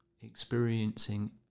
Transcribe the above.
experiencing